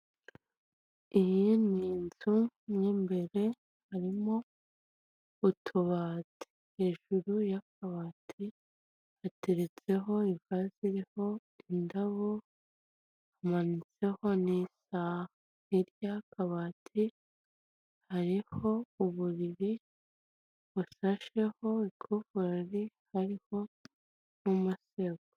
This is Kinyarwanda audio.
Iyi ni inzu mu imbere harimo utubati, hejuru y'akabati hateretseho ivaze iriho indabo hamanitseho n'isaha, hirya y'akabati hariho uburiri busasheho ikuvure hariho n'umusego.